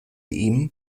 ihm